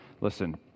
Listen